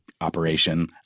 operation